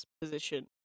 position